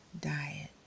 diet